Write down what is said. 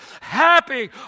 Happy